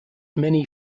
many